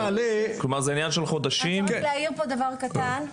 אם אפשר רק להעיר פה דבר קטן,